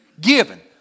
given